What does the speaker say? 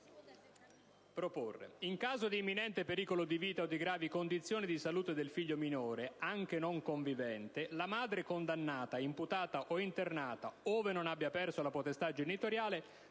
«In caso di imminente pericolo di vita o di gravi condizioni di salute del figlio minore anche non convivente, la madre condannata, imputata o internata, ove non abbia perso la potestà genitoriale,